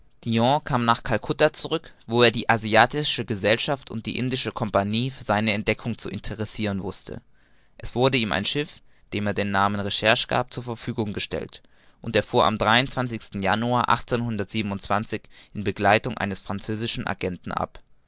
kam nach calcutta zurück wo er die asiatische gesellschaft und die indische compagnie für seine entdeckung zu interessiren wußte es wurde ihm ein schiff dem er den namen recherche gab zur verfügung gestellt und er fuhr am januar in begleitung eines französischen agenten ab